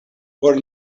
por